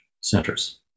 centers